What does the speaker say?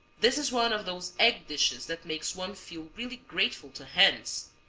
this is one of those egg dishes that makes one feel really grateful to hens.